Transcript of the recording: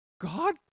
God